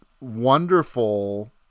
wonderful